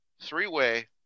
Three-way